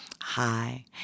Hi